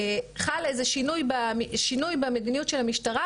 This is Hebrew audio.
חל איזה שהוא שינוי במדיניות של המשטרה